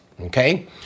Okay